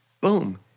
boom